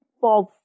false